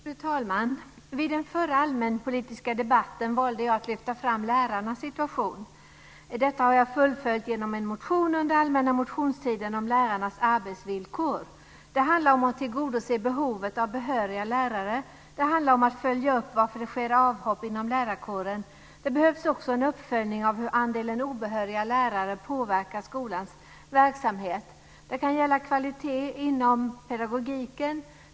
Fru talman! Vid den förra allmänpolitiska debatten valde jag att lyfta fram lärarnas situation. Detta har jag fullföljt genom en motion under allmänna motionstiden om lärarnas arbetsvillkor. Det handlar om att tillgodose behovet av behöriga lärare, och det handlar om att följa upp varför det sker avhopp inom lärarkåren. Det behövs också en uppföljning av hur andelen obehöriga lärare påverkar skolans verksamhet. Det kan gälla kvalitet inom pedagogiken.